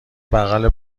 بغل